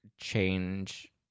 change